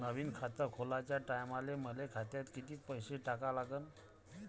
नवीन खात खोलाच्या टायमाले मले खात्यात कितीक पैसे टाका लागन?